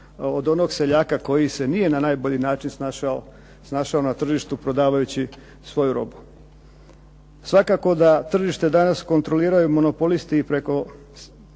od onog seljaka koji se nije na najbolji način snašao na tržištu prodavajući svoju robu. Svakako da tržište danas kontroliraju monopolisti i preko